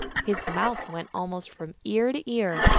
his mouth went almost from ear to ear,